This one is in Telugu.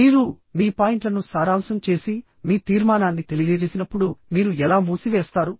మీరు మీ పాయింట్లను సారాంశం చేసి మీ తీర్మానాన్ని తెలియజేసినప్పుడు మీరు ఎలా మూసివేస్తారు